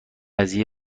قضیه